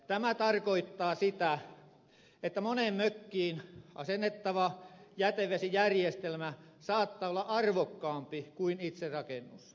tämä tarkoittaa sitä että moneen mökkiin asennettava jätevesijärjestelmä saattaa olla arvokkaampi kuin itse rakennus